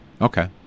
Okay